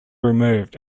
removed